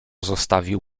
zostawił